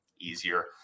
easier